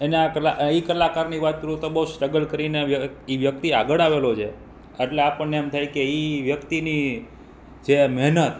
એના કલા એ કલાકારની વાત કરું તો બહુ સ્ટ્રગલ કરીને એ વ્યક્તિ આગળ આવેલો છે એટલે આપણને એમ થાય કે ઈ વ્યક્તિની જે મહેનત